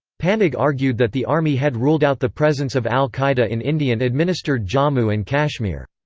panag argued that the army had ruled out the presence of al-qaeda in indian-administered jammu and kashmir.